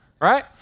right